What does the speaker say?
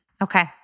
Okay